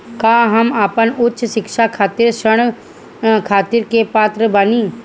का हम अपन उच्च शिक्षा खातिर छात्र ऋण खातिर के पात्र बानी?